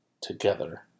Together